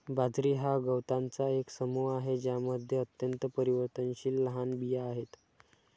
बाजरी हा गवतांचा एक समूह आहे ज्यामध्ये अत्यंत परिवर्तनशील लहान बिया आहेत